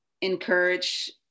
encourage